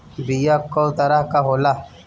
बीया कव तरह क होला?